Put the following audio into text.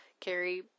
carry